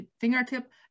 fingertip